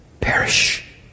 perish